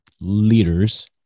leaders